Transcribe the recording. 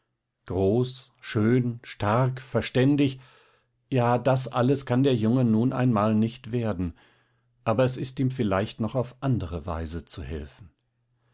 groß schön stark verständig ja das alles kann der junge nun einmal nicht werden aber es ist ihm vielleicht noch auf andere weise zu helfen